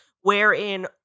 wherein